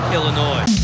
Illinois